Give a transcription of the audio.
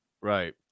Right